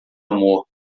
amor